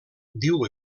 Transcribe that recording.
diu